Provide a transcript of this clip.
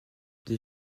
des